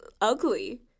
ugly